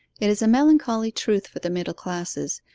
it is a melancholy truth for the middle classes,